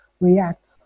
react